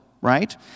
right